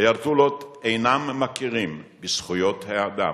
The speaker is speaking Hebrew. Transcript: האייתולות אינם מכירים בזכויות האדם.